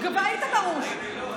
היית גרוש.